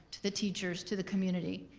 to the teachers, to the community.